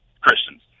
Christians